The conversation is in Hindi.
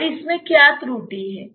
अब इसमें क्या त्रुटि है